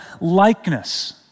likeness